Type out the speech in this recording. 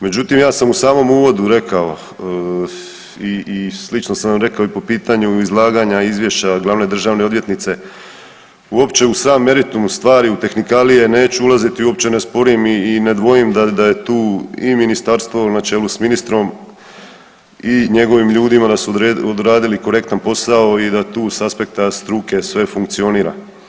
Međutim, ja sam u samom uvodu rekao i slično sam rekao i po pitanju izlaganja Izvješća glavne državne odvjetnice, uopće u sam meritum stvari, u tehnikalije neću ulaziti, uopće ne sporim i ne dvojim da je tu i ministarstvo na čelu s ministrom i njegovim ljudima, da su odradili korektan posao i da tu s aspekta struke sve funkcionira.